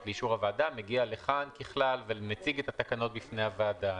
לאישור הוועדה מגיע לכאן ומציג את התקנות בפני הוועדה.